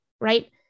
right